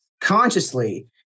consciously